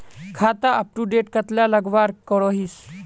खाता अपटूडेट कतला लगवार करोहीस?